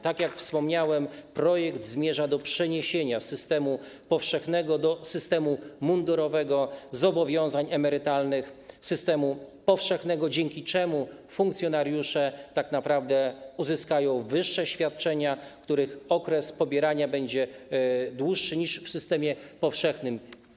Tak jak wspomniałem, projekt zmierza do przeniesienia z systemu powszechnego do systemu mundurowego zobowiązań emerytalnych systemu powszechnego, dzięki czemu funkcjonariusze tak naprawdę uzyskają wyższe świadczenia, w przypadku których okres pobierania będzie dłuższy niż w przypadku świadczeń z systemu powszechnego.